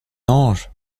ange